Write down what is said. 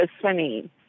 swimming